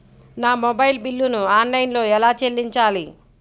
నా మొబైల్ బిల్లును ఆన్లైన్లో ఎలా చెల్లించాలి?